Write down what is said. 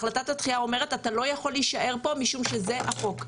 החלטת הדחייה אומרת לעובד שהוא לא יכול להישאר פה משום שזה החוק.